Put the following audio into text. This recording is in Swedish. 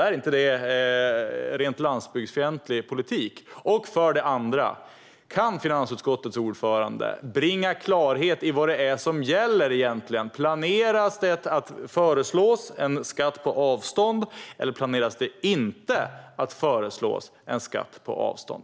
Är inte det en rent landsbygdsfientlig politik? Den andra frågan är: Kan finansutskottets ordförande bringa klarhet i vad det är som egentligen gäller? Planerar man att föreslå en skatt på avstånd, eller planerar man inte att föreslå en skatt på avstånd?